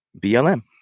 BLM